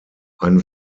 ein